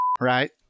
right